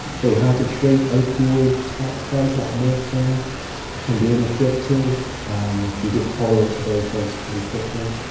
very hard to treat. opioid-type drugs like morphine can be ineffective, and you get tolerant to those drugs pretty quickly,